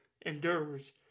endures